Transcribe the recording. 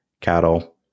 cattle